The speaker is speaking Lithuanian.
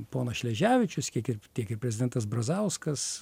ponas šleževičius kiek ir tiek ir prezidentas brazauskas